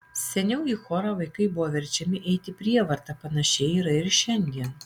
seniau į chorą vaikai buvo verčiami eiti prievarta panašiai yra ir šiandien